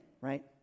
right